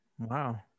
Wow